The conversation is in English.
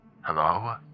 Hello